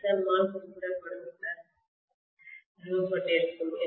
Xmஆல் குறிப்பிடப்படும் ஃப்ளக்ஸ் நிறுவப்பட்டிருக்கும்